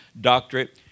doctorate